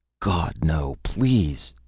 gawd no please!